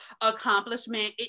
accomplishment